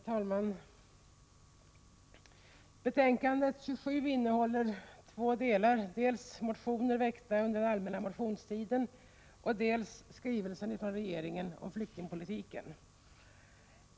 Herr talman! Betänkandet 27 från socialförsäkringsutskottet innehåller två delar — det behandlar dels motioner väckta under den allmänna motionstiden, dels skrivelse från regeringen om flyktingpolitiken.